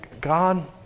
God